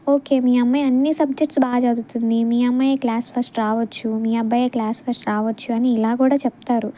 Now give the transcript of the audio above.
okay మీ అమ్మాయి అన్ని సబ్జెక్ట్స్ బాగా చదువుతుంది మీ అమ్మాయే క్లాస్ ఫస్ట్ రావచ్చు మీ అబ్బాయే క్లాస్ ఫస్ట్ రావచ్చు అని ఇలా కూడా చెప్తారు